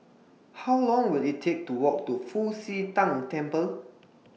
How Long Will IT Take to Walk to Fu Xi Tang Temple